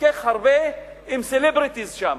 שמתחכך הרבה עם סלבריטיז שם,